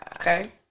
Okay